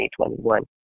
2021